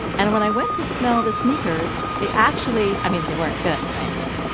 and when i went to smell the sneakers, they actually i mean, they weren't good, by any means.